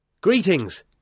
Greetings